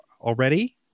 already